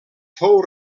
fou